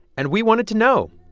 and we wanted to know,